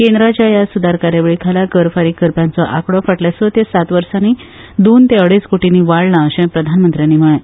केंद्राच्या या स्रदार कार्यावळीखाल कर फारीक करप्यांचो आंकडो फाटल्या स ते सात वर्सांनी दोन ते अडेज कोटींनी वाडला अशें प्रधानमंत्र्यांनी म्हळे